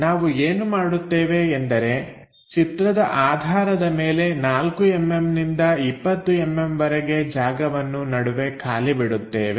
ನಾವು ಏನು ಮಾಡುತ್ತೇವೆ ಎಂದರೆ ಚಿತ್ರದ ಆಧಾರದ ಮೇಲೆ 4mm ನಿಂದ 20mm ವರೆಗೆ ಜಾಗವನ್ನು ನಡುವೆ ಖಾಲಿ ಬಿಡುತ್ತೇವೆ